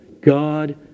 God